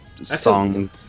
song